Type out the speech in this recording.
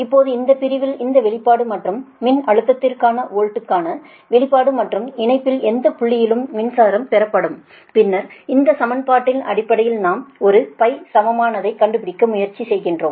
இப்போது இந்த பிரிவில் இந்த வெளிப்பாடு மற்றும் மின்னழுத்தத்திற்கான வோல்ட்கான வெளிப்பாடு மற்றும் இணைப்பில் எந்த புள்ளியிலும் மின்சாரம் பெறப்படும் பின்னர் இந்த சமன்பாட்டின் அடிப்படையில் நாம் ஒரு சமமானதை கண்டுபிடிக்க முயற்சி செய்கிறோம்